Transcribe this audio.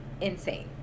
insane